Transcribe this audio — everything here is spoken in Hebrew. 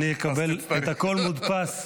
אדוני יקבל את הכול מודפס,